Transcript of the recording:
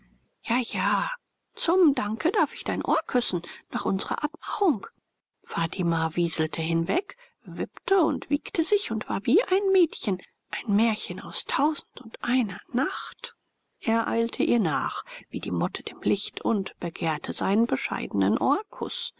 ja ja zum danke darf ich dein ohr küssen nach unsrer abmachung fatima wieselte hinweg wippte und wiegte sich und war wie ein mädchen ein märchen aus tausend und einer nacht er eilte ihr nach wie die motte dem licht und begehrte seinen bescheidenen ohrkuß